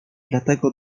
dlatego